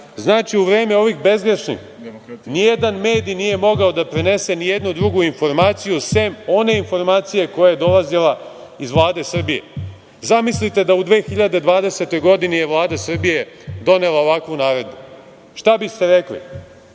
u vreme ovih bezgrešnih ni jedan mediji nije mogao da prenese ni jednu drugu informaciju sem one informacije koja je dolazila iz Vlade Srbije. Zamislite da je u 2020. godini Vlada Srbije donela ovakvu naredbu. Šta biste rekli